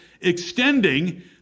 extending